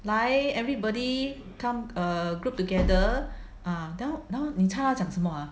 来 everybody come err group together ah then 然后你猜他讲什么 ah